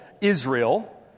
Israel